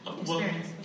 experience